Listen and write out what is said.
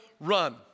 run